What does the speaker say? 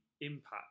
impact